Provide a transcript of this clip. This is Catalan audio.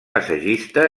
assagista